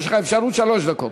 יש לך שלוש דקות.